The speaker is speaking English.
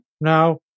now